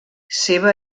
seva